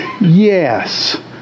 Yes